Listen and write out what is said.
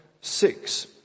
six